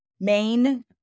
main